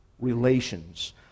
relations